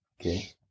Okay